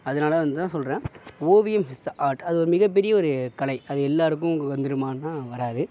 அதனால் தான் வந்து தான் சொல்கிறேன் ஓவியம் இஸ் த ஆர்ட் அது மிக பெரிய ஒரு கலை அது எல்லாேருக்கும் வந்துடுமானால் வராது